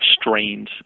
strains